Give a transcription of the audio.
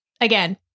Again